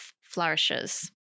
flourishes